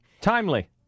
Timely